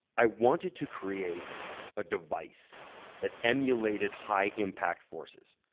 i wanted to create a device that emulated high impact forces.